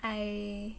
I